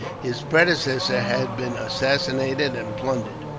his predecessor had been assassinated and plundered,